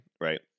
right